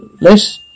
Less